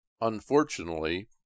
Unfortunately